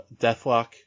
Deathlock